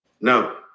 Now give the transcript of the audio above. No